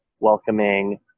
welcoming